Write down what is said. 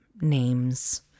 names